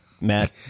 Matt